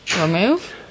Remove